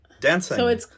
Dancing